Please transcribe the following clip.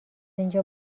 اینجا